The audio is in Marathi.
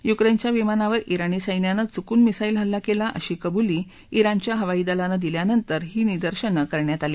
युक्रेनच्या विमानावर जिणी सैन्यानं चुकून मिसाईल हल्ला केला अशी कबुली जिणच्या हवाई दलानं दिल्यानंतर ही निदर्शनं करण्यात आली